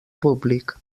públic